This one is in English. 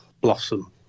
blossom